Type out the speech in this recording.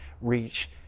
reach